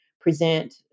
present